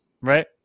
Right